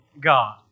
God